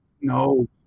no